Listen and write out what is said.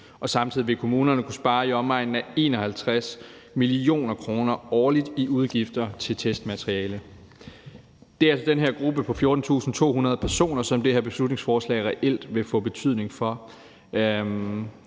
Samtidig vil kommunerne kunne spare i omegnen af 51 mio. kr. årligt i udgifter til testmateriale. Det er altså den her gruppe på 14.200 personer, som det her beslutningsforslag reelt vil få betydning for,